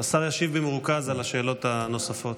השר ישיב במרוכז על השאלות הנוספות.